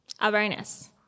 Awareness